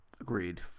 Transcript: Agreed